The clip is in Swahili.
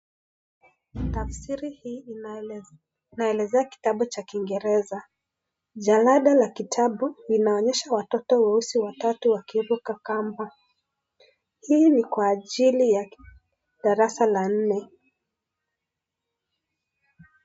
Tafsiri hii inaelezea kitabu cha Kiingereza. Jalada la kitabu linaonyesha watoto weusi watatu wakiruka kamba. Hii ni kwa ajili ya darasa la nne.